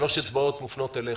שלוש מאצבעות כף היד מופנות אליך.